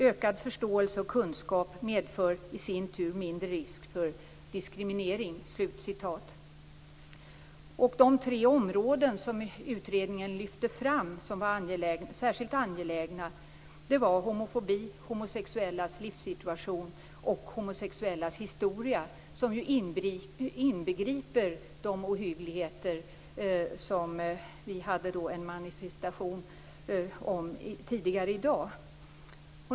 Ökad förståelse och kunskap medför i sin tur mindre risk för diskriminering." De tre områden som utredningen lyfte fram som särskilt angelägna var homofobi, homosexuellas livssituation och homosexuellas historia - som ju inbegriper de ohyggligheter som vi alltså hade en manifestation om tidigare i dag.